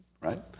right